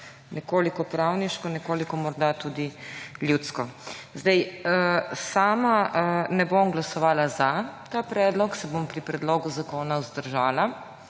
nekoliko bolj pravniško, nekoliko morda tudi ljudsko. Sama ne bom glasovala za ta predlog, se bom pri predlogu zakona vzdržala,